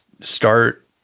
start